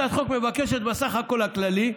הצעת החוק מבקשת, בסך הכול הכללי,